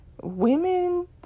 Women